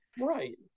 Right